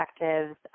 objectives